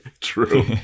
True